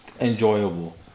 enjoyable